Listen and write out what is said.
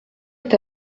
est